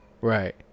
Right